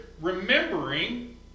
remembering